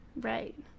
Right